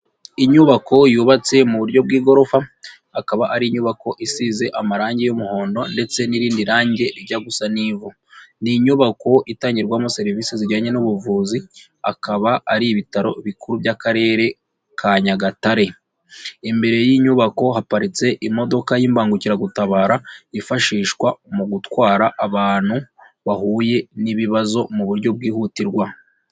Inyubako yubatse mu buryo bw'igorofa akaba ari inyubako isize amarange y'umuhondo ndetse n'irindi range rijya gusa n'ivu. Ni inyubako itangirwamo serivise zijyanye n'ubuvuzi akaba ari ibitaro bikuru by'Akarere ka Nyagatare. Imbere y'iyi nyubako haparitse imodoka y'imbangukiragutabara yifashishwa mu gutwara abantu bahuye n'ibibazo mu buryo bwihutirwa.